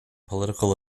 political